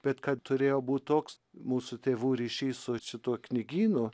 bet kad turėjo būt toks mūsų tėvų ryšys su šituo knygynu